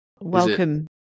Welcome